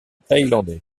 thaïlandais